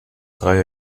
try